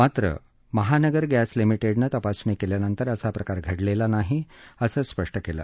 मात्र महानगर गॅस लिमिटेडनं तपासणी केल्यानंतर असा प्रकार घडलेला नाही असं स्पष्ट केलं